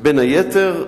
בין היתר,